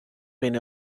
been